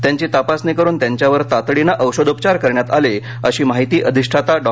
त्यांची तपासणी करून त्यांच्यावर तातडीनं औषधोपचार करण्यात आले अशी माहिती अधिष्ठाता डॉ